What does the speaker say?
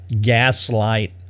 gaslight